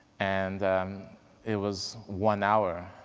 and it was one hour,